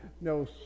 no